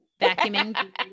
vacuuming